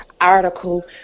article